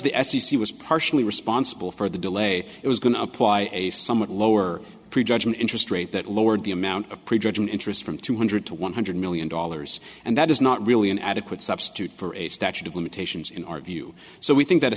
c was partially responsible for the delay it was going to apply a somewhat lower prejudgment interest rate that lowered the amount of prejudgment interest from two hundred to one hundred million dollars and that is not really an adequate substitute for a statute of limitations in our view so we think that a